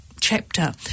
chapter